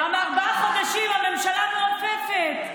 ארבעה חודשים הממשלה מעופפת,